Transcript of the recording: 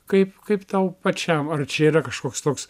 kaip kaip tau pačiam ar čia yra kažkoks toks